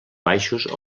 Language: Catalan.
baixos